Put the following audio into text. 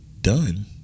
done